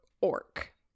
Orc